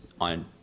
on